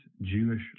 Jewish